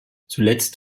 zuletzt